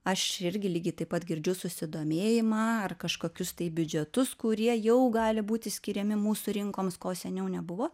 aš irgi lygiai taip pat girdžiu susidomėjimą ar kažkokius tai biudžetus kurie jau gali būti skiriami mūsų rinkoms ko seniau nebuvo